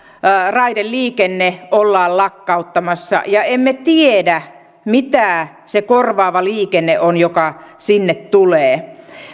raideliikenne ollaan lakkauttamassa ja emme tiedä mitä se korvaava liikenne on joka sinne tulee